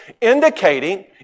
Indicating